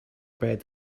bed